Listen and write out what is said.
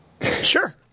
Sure